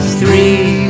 three